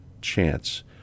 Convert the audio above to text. chance